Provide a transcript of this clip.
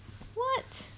what